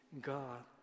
God